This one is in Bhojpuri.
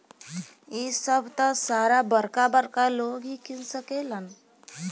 इ सभ त सारा बरका बरका लोग ही किन सकेलन